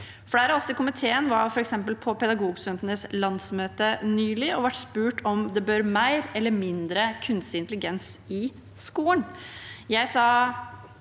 Flere av oss i komiteen var f.eks. på Pedagogstudentenes landsmøte nylig og ble spurt om det bør bli mer eller mindre kunstig intelligens i skolen.